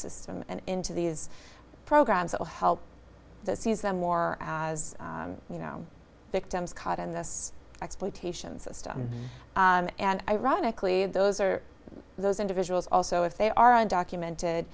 system and into these programs that will help to seize them more as you know victims caught in this exploitation system and ironically those are those individuals also if they are undocumented